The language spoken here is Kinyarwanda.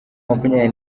makumyabiri